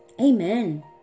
Amen